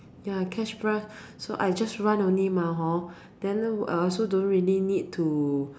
ya cash prize so I just run only mah hor then I also don't really need to